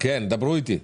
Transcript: דברו איתי,